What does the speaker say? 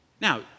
Now